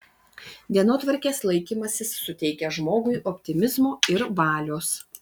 dienotvarkės laikymasis suteikia žmogui optimizmo ir valios